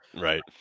Right